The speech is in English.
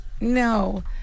No